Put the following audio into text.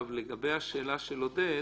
לגבי השאלה של עודד